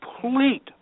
complete